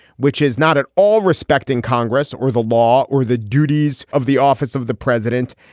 which is not at all respecting congress or the law or the duties of the office of the president,